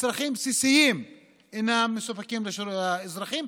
צרכים בסיסיים שאינם מסופקים לאזרחים,